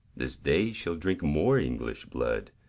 this day shall drink more english blood,